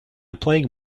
playing